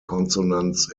consonants